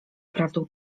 prawdą